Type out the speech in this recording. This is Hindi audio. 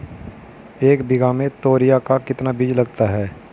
एक बीघा में तोरियां का कितना बीज लगता है?